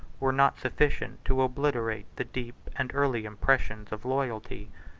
were not sufficient to obliterate the deep and early impressions of loyalty.